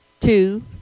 two